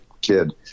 kid